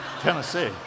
Tennessee